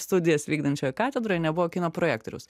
studijas vykdančioj katedroj nebuvo kino projektoriaus